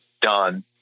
done